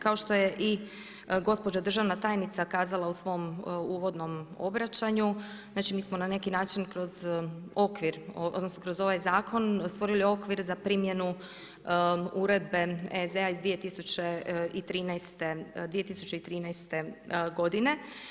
Kao što je gospođa državna tajnica kazala u svom uvodnom obraćanju, mi smo na neki način kroz okvir, odnosno kroz ovaj zakon stvorili okvir za primjenu Uredbe EZ-a iz 2013., 2013. godine.